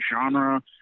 genre